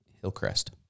Hillcrest